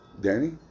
danny